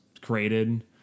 created